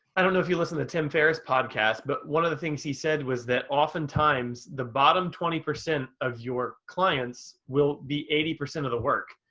i don't know if you listen to tim ferriss's podcast, but one of the things he said was that often times, the bottom twenty percent of your clients will be eighty percent of the work.